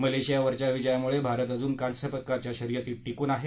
मलेशियावरच्या विजयामुळे भारत अजून कांस्यपदकाच्या शर्यतीत िकून आहे